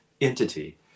entity